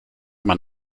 man